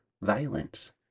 violence